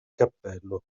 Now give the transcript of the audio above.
cappello